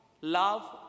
love